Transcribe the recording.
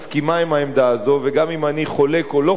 העמדה הזו וגם אם אני חולק או לא חולק,